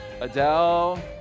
Adele